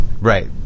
Right